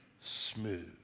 smooth